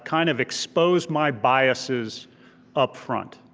kind of expose my biases up front.